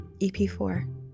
EP4